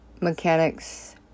mechanics